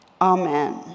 Amen